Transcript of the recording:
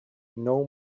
know